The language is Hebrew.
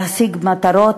להשיג מטרות,